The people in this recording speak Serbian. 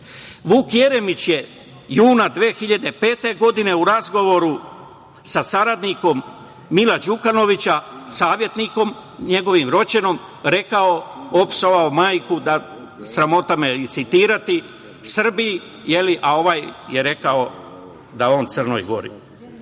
Jeremić je juna 2005. godine u razgovoru sa saradnikom Mila Đukanovića, savetnikom njegovim, Roćenom, rekao, opsovao majku, sramota me je i citirati, Srbiji, a ovaj je rekao da on Crnoj